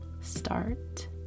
start